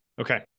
okay